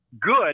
good